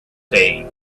saying